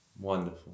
Wonderful